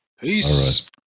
Peace